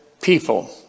people